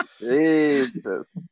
Jesus